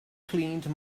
cleaned